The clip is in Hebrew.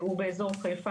הוא באזור חיפה,